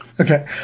Okay